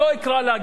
לא אקרא לה גזענית,